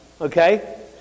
okay